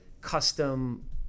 custom